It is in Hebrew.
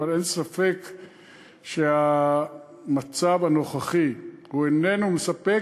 אבל אין ספק שהמצב הנוכחי איננו מספק.